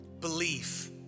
belief